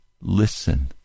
Listen